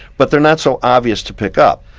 but they're not so obvious to pick up.